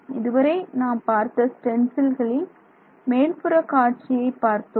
இதுவரை நாம் பார்த்த ஸ்டென்சில்களில் மேல்புற காட்சியை பார்த்தோம்